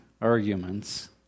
arguments